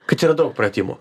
kad yra daug pratimų